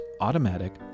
automatic